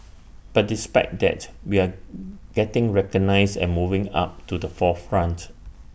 but despite that we are getting recognised and moving up to the forefront